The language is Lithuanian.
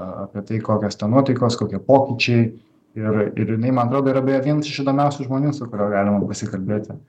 a apie tai kokios ten nuotaikos kokie pokyčiai ir ir jinai man atrodo yra beje vienas iš įdomiausių žmonių su kuriuo galima pasikalbėti